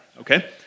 okay